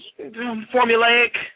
formulaic